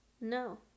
no